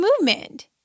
movement